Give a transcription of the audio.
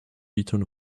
return